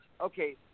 okay